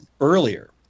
earlier